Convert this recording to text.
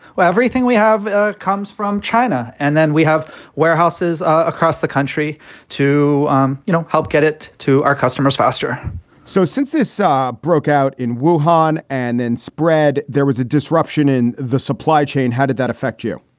well, everything we have ah comes from china and then we have warehouses across the country to um you know help get it to our customers faster so since this war ah broke out in wuhan and then spread, there was a disruption in the supply chain. how did that affect you?